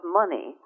money